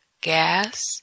gas